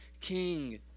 King